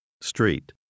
Street